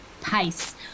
pace